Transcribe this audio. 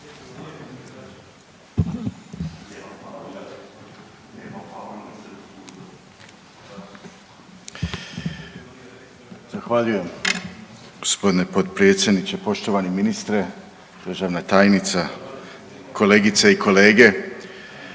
Zahvaljujem g. potpredsjedniče, poštovani ministre, državna tajnica. Kolegice i kolege.